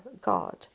God